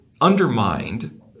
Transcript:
undermined